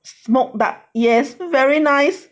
smoked duck yes very nice